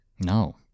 No